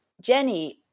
Jenny